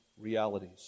realities